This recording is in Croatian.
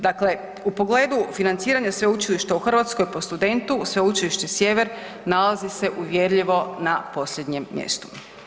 Dakle, u pogledu financiranja sveučilišta u Hrvatskoj po studentu Sveučilište Sjever nalazi se uvjerljivo na posljednjem mjestu.